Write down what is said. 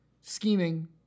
scheming